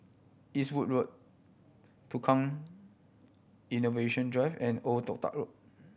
Eastwood Road Tukang Innovation Drive and Old Toh Tuck Road